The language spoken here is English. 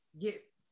get